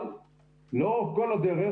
אבל לאורך כל הדרך